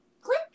click